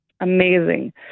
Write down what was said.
amazing